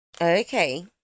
Okay